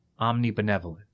omnibenevolent